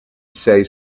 say